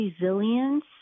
resilience